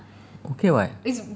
okay what